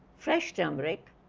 fresh turmeric,